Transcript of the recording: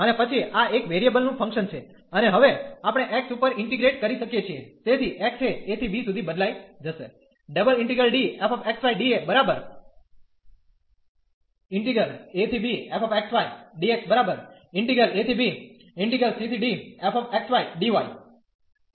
અને પછી આ એક વેરીયેબલ નું ફંક્શન છે અને હવે આપણે x ઉપર ઇન્ટીગ્રેટ કરી શકીએ છીએ તેથી x એ a ¿ b સુધી બદલાઈ જશે